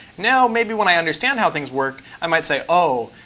now, maybe when i understand how things work, i might say, oh,